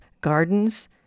gardens